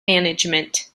management